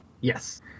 Yes